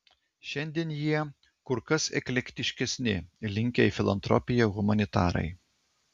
šiandien jie kur kas eklektiškesni linkę į filantropiją humanitarai